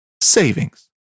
savings